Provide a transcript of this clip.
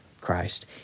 Christ